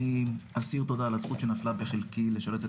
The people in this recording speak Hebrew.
אני אסיר תודה על הזכות שנפלה בחלקי לשרת את